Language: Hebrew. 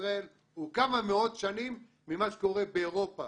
ישראל הוא כמה מאות שנים ממה שקורה באירופה,